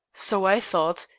so i thought.